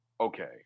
okay